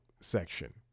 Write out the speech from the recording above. section